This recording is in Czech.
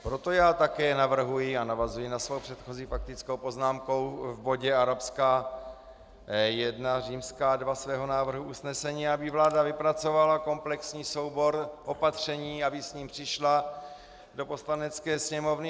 Proto já také navrhuji a navazuji na svou předchozí faktickou poznámku v bodě 1 II svého návrhu usnesení, aby vláda vypracovala komplexní soubor opatření, aby s ním přišla do Poslanecké sněmovny.